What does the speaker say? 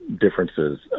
differences